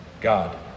God